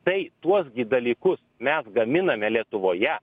tai tuos dalykus mes gaminame lietuvoje